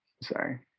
sorry